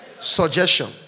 Suggestion